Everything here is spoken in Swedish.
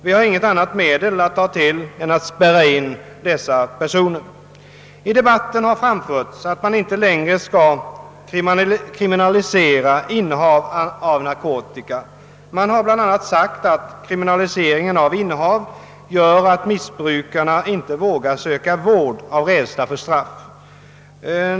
Vi har inget annat medel att ta till än att spärra in dessa personer. I debatten har framförts att man inte längre skall kriminalisera innehav av narkotika. Det har bl.a. sagts att kriminaliseringen av innehav gör att missbrukarna inte vågar söka vård av rädsla för straff.